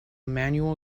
manual